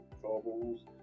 troubles